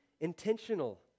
intentional